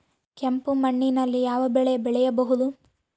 ಕೆಂಪು ಮಣ್ಣಿನಲ್ಲಿ ಯಾವ ಬೆಳೆ ಬೆಳೆಯಬಹುದು?